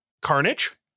carnage